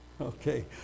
Okay